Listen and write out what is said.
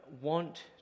want